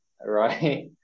right